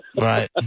Right